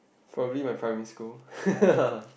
probably my primary school